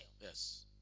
Yes